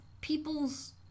people's